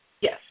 Yes